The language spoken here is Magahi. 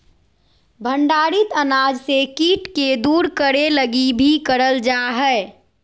भंडारित अनाज से कीट के दूर करे लगी भी करल जा हइ